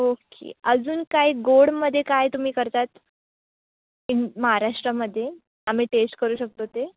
okay अजून काय गोडमध्ये काय तुम्ही करतात इन महाराष्ट्रामध्ये आम्ही टेस्ट करू शकतो ते